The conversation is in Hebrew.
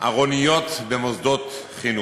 ארוניות במוסדות חינוך.